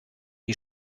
die